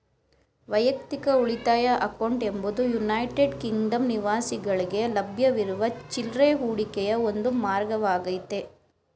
ವೈಯಕ್ತಿಕ ಉಳಿತಾಯ ಅಕೌಂಟ್ ಎಂಬುದು ಯುನೈಟೆಡ್ ಕಿಂಗ್ಡಮ್ ನಿವಾಸಿಗಳ್ಗೆ ಲಭ್ಯವಿರುವ ಚಿಲ್ರೆ ಹೂಡಿಕೆಯ ಒಂದು ಮಾರ್ಗವಾಗೈತೆ